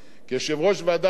שהכינה את החוק הזה.